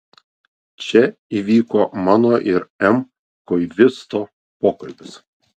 čia įvyko mano ir m koivisto pokalbis